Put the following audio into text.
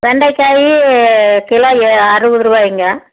வெண்டைக்காய் கிலோ ஏ அறுபதுரூவாயிங்க